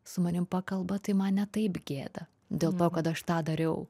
su manim pakalba tai man ne taip gėda dėl to kad aš tą dariau